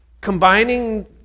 combining